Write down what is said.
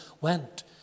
went